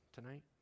tonight